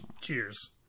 Cheers